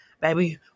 Baby